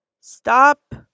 Stop